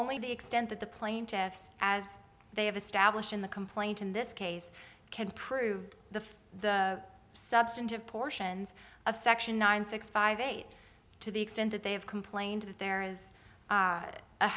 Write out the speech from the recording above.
only the extent that the plaintiffs as they have established in the complaint in this case can prove the the substantive portions of section nine six five eight to the extent that they have complained that there is